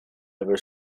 ever